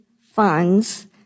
funds